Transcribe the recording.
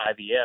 IVF